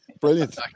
brilliant